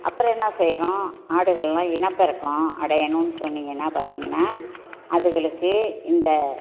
அப்புறம் என்ன செய்யணும் ஆடுகளெலாம் இனப்பெருக்கம் அடையணும்னு சொன்னீங்கன்னால் பார்த்தீங்கன்னா அதுகளுக்கு இந்த